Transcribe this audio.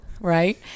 right